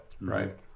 Right